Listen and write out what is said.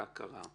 ההכרה.